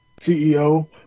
CEO